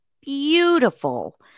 beautiful